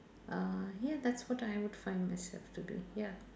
uh ya that's what I would find myself to be ya